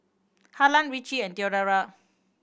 Harlan Richie and Theodora